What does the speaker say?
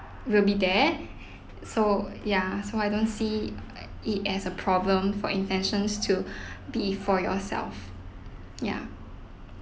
will be there so ya so I don't see uh it as a problem for intentions to be for yourself yeah